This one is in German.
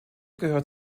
gehört